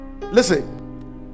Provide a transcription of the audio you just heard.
Listen